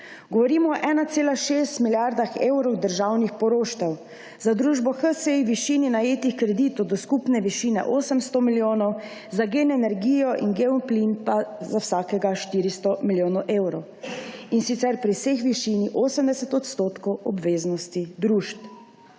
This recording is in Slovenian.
Govorimo o 1,6 milijarde evrov državnih poroštev, za družbo HSE v višini najetih kreditov do skupne višine 800 milijonov, za Gen energijo in Geoplin pa za vsakega 400 milijonov evrov, in sicer pri vseh v višini 80 % obveznosti družb.